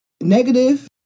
Negative